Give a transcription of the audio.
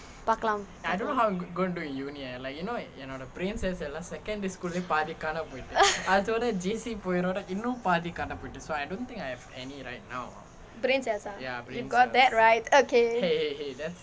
பார்க்கலாம்:paarkkalaam brain cells ah you got that right